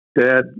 Dad